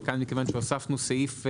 וכאן מכיוון שהוספנו סעיף חדש,